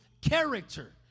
character